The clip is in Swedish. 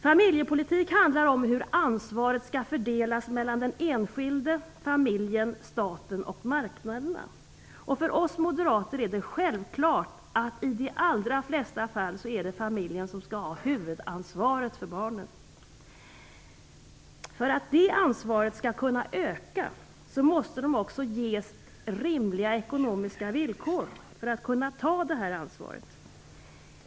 Familjepolitik handlar om hur ansvaret skall fördelas mellan den enskilde, familjen, staten och marknaderna. För oss moderater är det självklart att det i de allra flesta fall är familjen som skall ha huvudansvaret för barnen. För att det ansvaret skall kunna öka måste familjen också ges rimliga ekonomiska villkor så att man kan ta det här ansvaret.